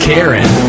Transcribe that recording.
Karen